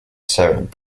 seven